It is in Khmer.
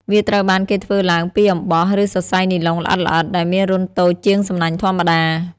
វាត្រូវបានគេធ្វើឡើងពីអំបោះ ឬសរសៃនីឡុងល្អិតៗ ដែលមានរន្ធតូចជាងសំណាញ់ធម្មតា។